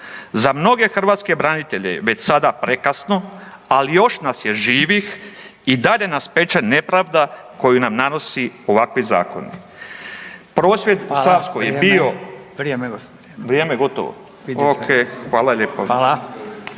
Za mnoge hrvatske branitelje je već sada prekasno, ali još nas je živih. I dalje nas peče nepravda koju nam nanose ovakvi zakoni.